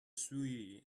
sweaty